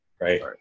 right